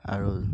আৰু